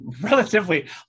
relatively